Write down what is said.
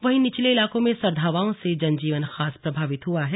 वहीं निचले इलाकों में सर्द हवाओं से जनजीवन खास प्रभावित हुआ है